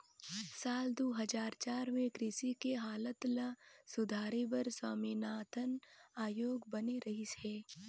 साल दू हजार चार में कृषि के हालत ल सुधारे बर स्वामीनाथन आयोग बने रहिस हे